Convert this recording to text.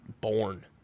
born